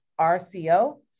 RCO